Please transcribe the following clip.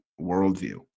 worldview